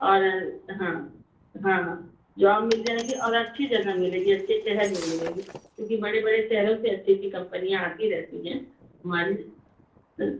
और हाँ हाँ जॉब मिल जाएगी और अच्छी जगह मिलेगी अच्छे शहर में मिलेगी क्योंकि बड़े बड़े शहरों से अच्छी अच्छी कंपनीयाँ आती रहती है हमारी